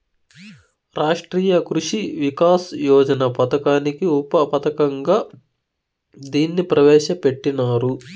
రాష్ట్రీయ కృషి వికాస్ యోజన పథకానికి ఉప పథకంగా దీన్ని ప్రవేశ పెట్టినారు